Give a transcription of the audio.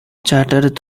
chattered